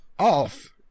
off